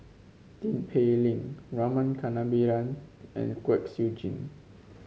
Tin Pei Ling Rama Kannabiran and Kwek Siew Jin